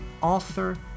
author